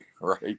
right